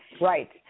Right